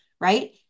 Right